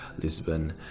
lisbon